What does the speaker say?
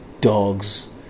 Dogs